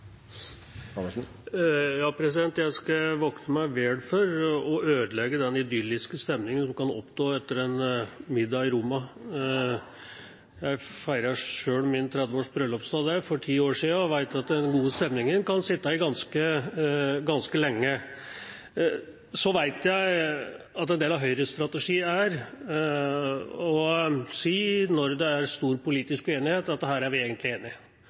Jeg skal vokte meg vel for å ødelegge den idylliske stemningen som kan oppstå etter en middag i Roma. Jeg feiret selv 30 års bryllupsdag der for ti år siden og vet at den gode stemningen kan sitte i ganske lenge. Så vet jeg at en del av Høyres strategi når det er stor politisk uenighet, er å si at her er vi egentlig